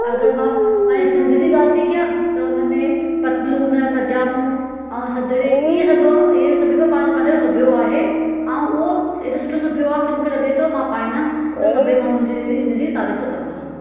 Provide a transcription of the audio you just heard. अगरि मां पंहिंजे सिंधु जी ॻाल्हि कयां त उन में पतलून पजामो ऐं सदरी हे सभु ऐं हुओ एॾो सुठो सुबियो आहे की मूंखे लॻे थो मां पाईंदमि त सभु ई माण्हू मुंहिंजे हिन जी तारीफ़ कंदा